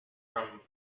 from